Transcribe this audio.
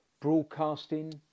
broadcasting